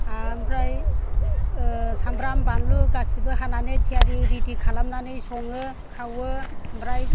ओमफ्राय साम्ब्राम बानलु गासैबो हानानै थियारि रेडि खालामनानै सङो खावो ओमफ्राय